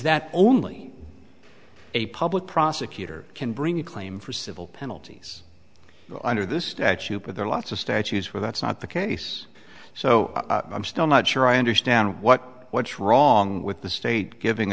that only a public prosecutor can bring a claim for civil penalties under this statute but there are lots of statues for that's not the case so i'm still not sure i understand what what's wrong with the state giving